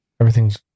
Everything's